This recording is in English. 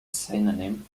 synonym